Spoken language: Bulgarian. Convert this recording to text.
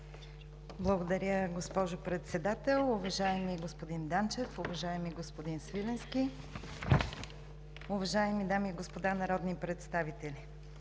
Благодаря, госпожо Председател. Уважаеми господин Данчев, уважаеми господин Свиленски, уважаеми дами и господа народни представители!